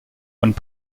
und